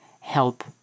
help